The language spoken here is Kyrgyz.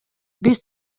биз